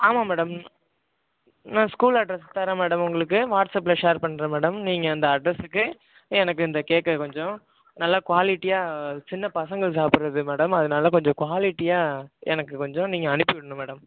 ஆமாம் மேடம் நான் school address தரேன் மேடம் உங்களுக்கு வாட்ஸப்பில் ஷேர் பண்ணுறேன் மேடம் நீங்கள் அந்த அட்ரஸுக்கு எனக்கு இந்த கேக்கை கொஞ்சம் நல்லா குவாலிட்டியாக சின்ன பசங்க சாப்பிடுறது மேடம் அதனால் கொஞ்சம் குவாலிட்டியாக எனக்கு கொஞ்சம் நீங்கள் அனுப்பி விடனும் மேடம்